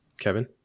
Kevin